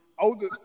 older